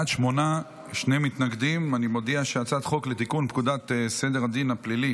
ההצעה להעביר את הצעת חוק לתיקון פקודת סדר הדין הפלילי